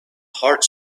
heart